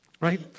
Right